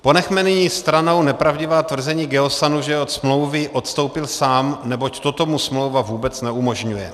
Ponechme nyní stranou nepravdivá tvrzení Geosanu, že od smlouvy odstoupil sám, neboť toto mu smlouva vůbec neumožňuje.